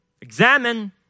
Examine